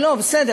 מה?